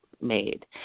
made